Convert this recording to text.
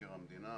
למבקר המדינה,